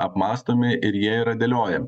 apmąstomi ir jie yra dėliojami